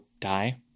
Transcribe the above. die